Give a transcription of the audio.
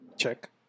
Check